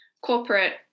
corporate